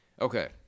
Okay